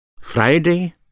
Friday